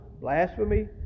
blasphemy